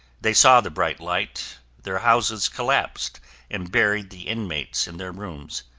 they saw the bright light, their houses collapsed and buried the inmates in their rooms.